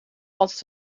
altijd